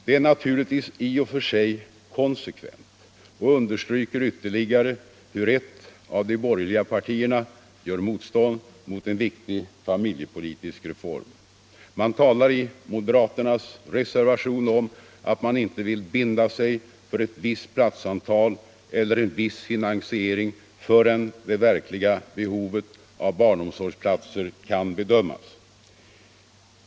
Det är naturligtvis i och för sig Konsekvent och understryker ytterligare hur ett av de borgerliga partierna gör motstånd mot en viktig familjepolitisk reform. Man talar i moderaternas reservation om att man inte vill binda sig för ett visst platsantal eller en viss finansiering förrän det verkliga behovet av barnomsorgsplatser kan bedömas.